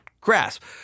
grasp